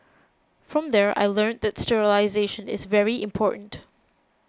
from there I learnt that sterilisation is very important